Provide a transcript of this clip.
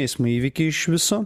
eismo įvykiai iš viso